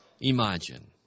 imagine